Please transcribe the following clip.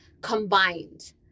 combined